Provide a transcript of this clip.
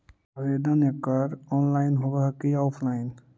आवेदन एकड़ ऑनलाइन होव हइ की ऑफलाइन?